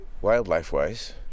wildlife-wise